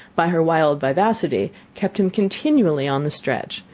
by her wild vivacity, kept him continually on the stretch,